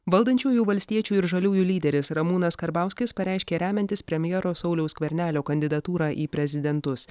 valdančiųjų valstiečių ir žaliųjų lyderis ramūnas karbauskis pareiškė remiantis premjero sauliaus skvernelio kandidatūrą į prezidentus